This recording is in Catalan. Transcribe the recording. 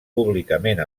públicament